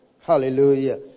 Hallelujah